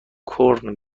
کورن